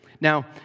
Now